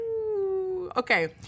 Okay